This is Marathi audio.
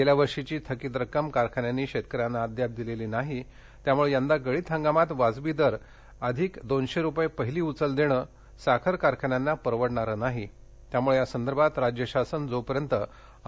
गेल्या वर्षीची थकीत रक्कम कारखान्यांनी शेतकऱ्यांना अद्याप दिलेली नाही त्यामळे यंदा गळीत हंगामात वाजवी दर अधिक दोनशे रुपये पहिली उचल देणं साखर कारखान्यांना परवडणारे नाही यामुळे या संदर्भात राज्य शासन जोपर्यंत